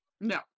No